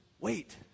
wait